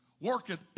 worketh